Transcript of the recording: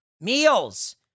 meals